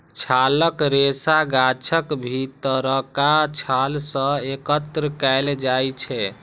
छालक रेशा गाछक भीतरका छाल सं एकत्र कैल जाइ छै